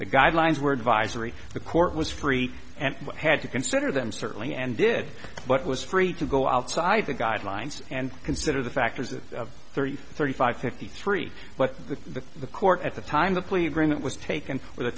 the guidelines were advisory the court was free and had to consider them certainly and did but was free to go outside the guidelines and consider the factors of thirty thirty five fifty three but the the court at the time the plea agreement was taken